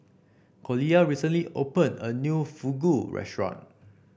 Collier recently opened a new Fugu Restaurant